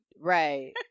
right